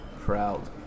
proud